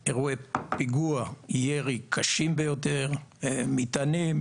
174 אירועי בקת"בים, 85 אירועי מטענים.